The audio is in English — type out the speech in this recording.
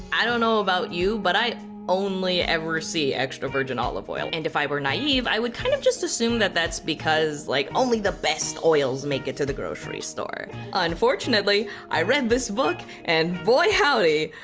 i don't know about you but i only ever see extra virgin olive oil. and if i were naive, i would kind of just assume that that's because like only the best oils make it to the grocery store. unfortunately, i read this book and boy howdy.